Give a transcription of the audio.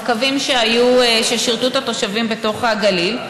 בקווים ששירתו את התושבים בתוך הגליל.